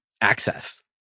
access